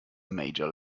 major